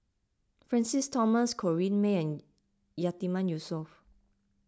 Francis Thomas Corrinne May and Yatiman Yusof